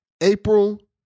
April